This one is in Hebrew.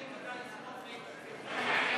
יואל,